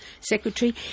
secretary